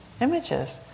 images